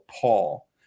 Paul